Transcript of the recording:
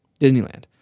Disneyland